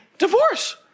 divorce